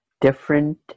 different